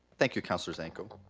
thank you councilor zanko.